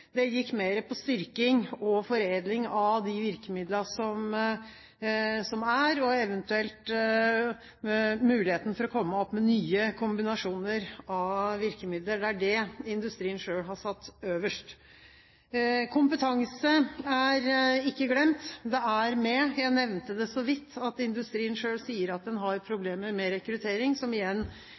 Det gikk mer på foredling og styrking av de virkemidlene som er, eventuelt muligheten for å komme opp med nye kombinasjoner av virkemidler. Det er det industrien selv har satt øverst. Kompetanse er ikke glemt – det er med. Jeg nevnte så vidt at industrien selv sier at den har problemer med rekruttering, som igjen